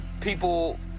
people